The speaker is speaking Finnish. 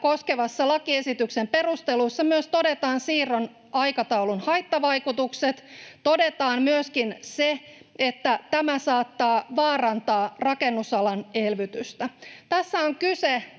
koskevan lakiesityksen perusteluissa myös todetaan siirron aikataulun haittavaikutukset. Todetaan myöskin se, että tämä saattaa vaarantaa rakennusalan elvytystä. Tässä on kyse itse